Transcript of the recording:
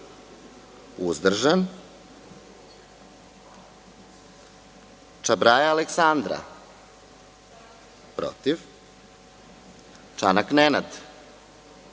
uzdržanČabraja Aleksandra – protivČanak Nenad